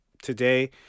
Today